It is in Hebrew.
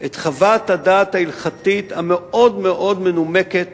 את חוות הדעת ההלכתית המאוד-מאוד מנומקת